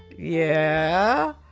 yeah,